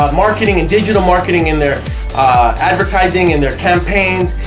ah marketing, and digital marketing in their advertising, in their campaigns,